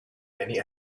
many